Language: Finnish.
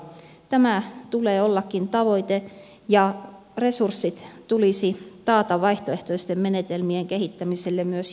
tämän tulee ollakin tavoite ja resurssit tulisi taata vaihtoehtoisten menetelmien kehittämiselle myös jatkossa